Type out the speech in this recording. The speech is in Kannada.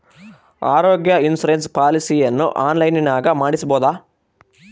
ಆರೋಗ್ಯ ಇನ್ಸುರೆನ್ಸ್ ಪಾಲಿಸಿಯನ್ನು ಆನ್ಲೈನಿನಾಗ ಮಾಡಿಸ್ಬೋದ?